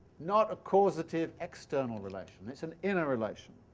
not a causative external relation. it's an inner relation.